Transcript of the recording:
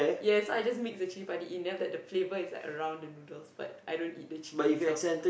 yes I just mix the chilli-padi in then after that the flavour is like around the noodles but I don't eat the chilli itself